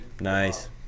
Nice